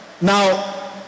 Now